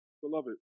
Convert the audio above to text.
Beloved